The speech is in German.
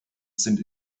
sind